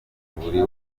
buri